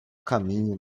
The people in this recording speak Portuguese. caminho